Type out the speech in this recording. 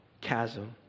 chasm